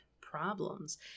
problems